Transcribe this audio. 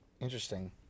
interesting